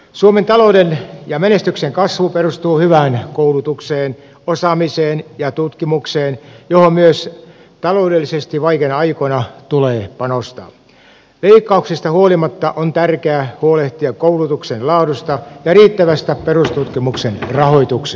suomen talouden ja menestyksen kasvu perustuu hyvään koulutukseen osaamiseen ja tutkimukseen johon myös taloudellisesti vaikeina aikoina tulee panostaa joikauksesta huolimatta on tärkeää huolehtia koulutuksen laadusta ja riittävästä perustutkimuksen rahoituksen